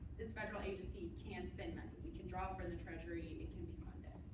this federal agency can spend money. we can draw from the treasury. it can be funded.